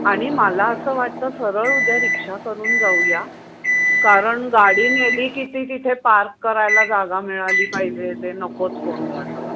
आणि मला असं वाटतं सरळ उद्या रिक्षा करून जाऊया कारण गाडी नेली की ती तिथे पार्क करायला जागा मिळाली पाहिजे ते नकोच नकोच गोंधळ सगळा